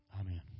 Amen